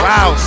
Wow